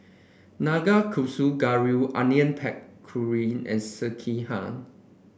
Nanakusa Gayu Onion Pakora and Sekihan